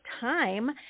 time